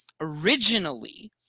originally –